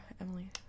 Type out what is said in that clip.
Emily